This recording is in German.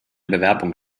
bewerbung